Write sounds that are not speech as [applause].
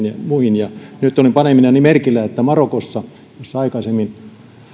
[unintelligible] ja muihin ja nyt olin panevinani merkille että marokossa jossa aikaisemmin